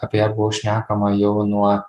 apie ją buvo šnekama jau nuo